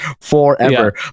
forever